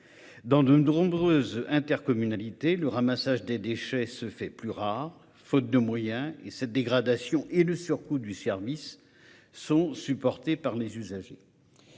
Dans de nombreuses intercommunalités, le ramassage des déchets se fait plus rare, faute de moyens ; cette dégradation et le surcoût du service sont supportés par les usagers.